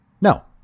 No